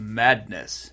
madness